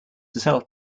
herself